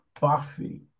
Buffy